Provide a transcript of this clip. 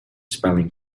spelling